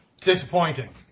Disappointing